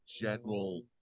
general